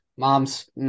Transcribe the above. Moms